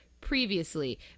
previously